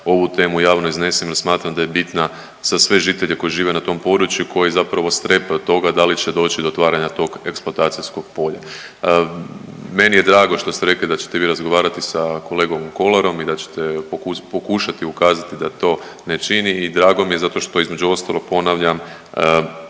ovu temu javno iznesem jer smatram da je bitna za sve žitelje koji žive na tom području i koji zapravo strepe od toga da li će doći do otvaranja tog eksploatacijskog polja. Meni je drago što ste rekli da ćete vi razgovarati sa kolegom Kolarom i da ćete pokušati ukazati da to ne čini i drago mi je zato što između ostalog ponavljam,